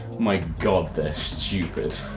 my god, they're stupid.